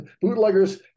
bootleggers